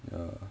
ya